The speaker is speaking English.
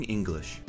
English